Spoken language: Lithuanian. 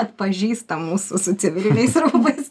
atpažįsta mūsų su civiliniais rūbais